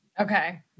Okay